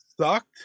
sucked